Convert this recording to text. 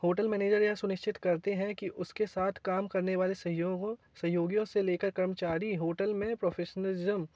hotel manager यह सुनिश्चित करते हैं कि उसके साथ काम करने वाले सहयोगों सहयोगियों से लेकर कर्मचारी होटल में प्रोफेसनलिज़्म